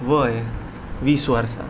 वय वीस वर्सां